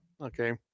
okay